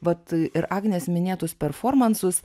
vat ir agnės minėtus performansus